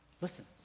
listen